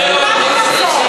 אתה מושך זמן,